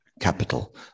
capital